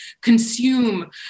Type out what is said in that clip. consume